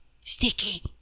sticky